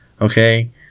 Okay